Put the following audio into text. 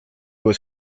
was